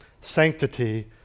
sanctity